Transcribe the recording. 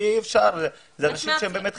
כי אלה אנשים שהם באמת חריגים.